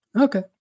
Okay